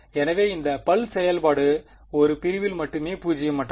எனவே இந்த பல்ஸ் செயல்பாடு ஒரு பிரிவில் மட்டுமே பூஜ்ஜியமற்றது